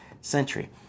century